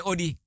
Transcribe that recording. Odi